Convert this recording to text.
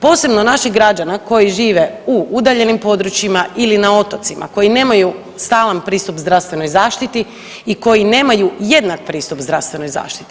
Posebno naših građana koji žive u udaljenim područjima ili na otocima koji nemaju stalan pristup zdravstvenoj zaštiti i koji nemaju jednak pristup zdravstvenoj zaštiti.